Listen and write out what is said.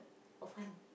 hor fun